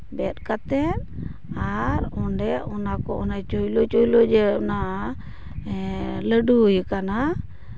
ᱟᱨ ᱵᱮᱫ ᱠᱟᱛᱮᱫ ᱟᱨ ᱚᱰᱮ ᱚᱱᱟ ᱠᱚ ᱪᱩᱭᱞᱩ ᱪᱩᱭᱞᱩ ᱤᱭᱟᱹ ᱚᱱᱟ ᱮᱸᱜᱻ ᱞᱟᱹᱰᱩ ᱜᱮ ᱠᱟᱱᱟ